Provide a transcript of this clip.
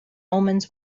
omens